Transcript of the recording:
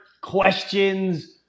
questions